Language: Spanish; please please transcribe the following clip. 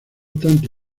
tanto